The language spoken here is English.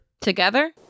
Together